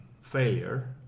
failure